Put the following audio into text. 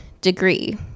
degree